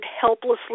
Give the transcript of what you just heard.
helplessly